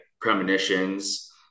premonitions